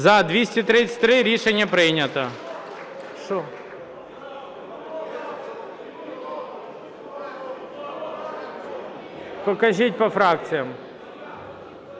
За-233 Рішення прийнято. Покажіть по фракціям.